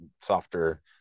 softer